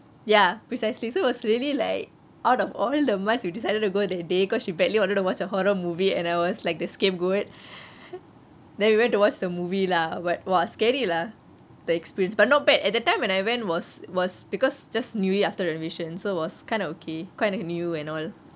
ya precisely so it was really like out of all the months you decided to go that day because she badly wanted to watch a horror movie and I was like the scapegoat then we went to watch the movie lah but !wah! scary lah the experience but not bad at that time when I went was was because just newly after renovation so it was kind of okay kind of new and all